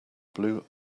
blue